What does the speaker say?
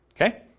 Okay